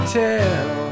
tell